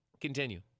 Continue